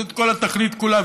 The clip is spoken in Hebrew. זאת כל התכלית כולה.